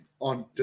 on